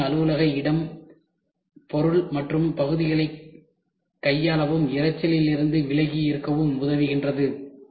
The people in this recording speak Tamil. ஒரு தனி அலுவலக இடம் பொருள் மற்றும் பகுதிகளைக் கையாளவும் இரைச்சலில் இருந்து விலகி இருக்கவும் உதவுகிறது